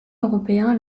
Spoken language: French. européens